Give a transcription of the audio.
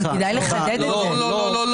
לא,